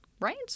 right